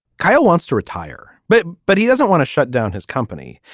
kyle wants to retire but but he doesn't want to shut down his company.